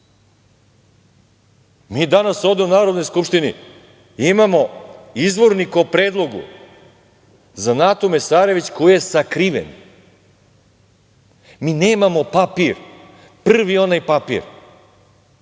to. Mi danas ovde u Narodnoj skupštini imamo izvornik u predlogu za Natu Mesarević koji je sakriven. Mi nemamo papir, prvi onaj papir,